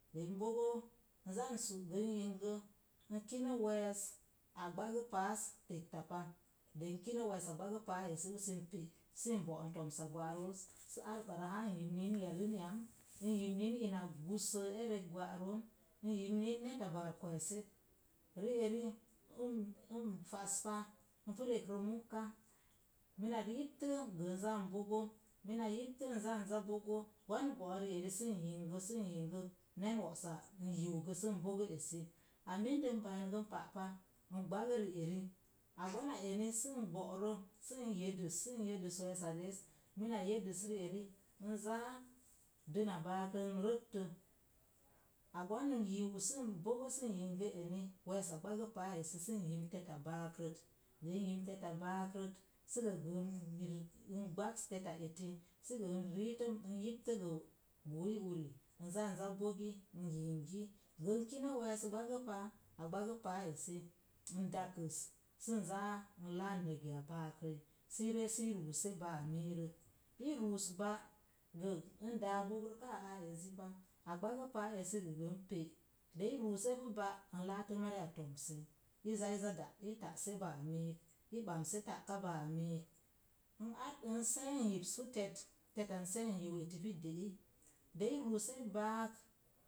De n bogo, n zaa n sú gə n yingə n kino wees, a gbagə paas tegtapa, de n kinə weesa gbago paa esi usi npe’ sən bi'on tomsa gwaroos sə ar ukarə haa n yimn yin yallən yam, n yimin yim ina gussən erek gwaraoon, n yimn yau neta baar kweeset. Ri'eri nnfaspa n pu rekrə mu'ka mina yiptə gə n zaa n bogo, mina yiptə n nzaa bigo, gwan n go'rə ri'eri sən yingə sən yingə nen worsa n yiu gə sən bogo esi. A mində n baan gə n pa pa gbagə ri'eri, a gwana eni sən bo'rə, sən yedəs sən yedəs weesa rees, mina yedəs ri'eri, nzaa dəna baakrən rəktə, a gwan n yiu sən bogo sən yingə eni, weesa gbago paa esi sən yimn teta baak rət de n yimn teta baak rət, sə gə gə n gbags teta eti, sə gə n riitə n yiptə gə buhiu uri, n zaan za bogi, nyingi. Gən kinə wees n gbagə paa, a gbagə paa esi n dakəs sən zaa n laan negia baakrəi sii ree si ruurse ba'a mirək. I ruus ba’ gə n daa bogrəkaa aa ezi pa a gbagə paa esi gə gə n pe', de i ruuse pu ba’ n laatə mariya tomsəi i zaa da ta'se ba'a mik, i banse ta'ka ba'a miik, n ar n see n yipsu tet, teta n see n yiu eti pu de'i, de i ruuse baak